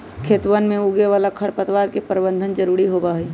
खेतवन में उगे वाला खरपतवार के प्रबंधन जरूरी होबा हई